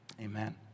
Amen